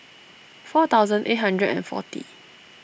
four thousand eight hundred and forty